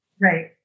Right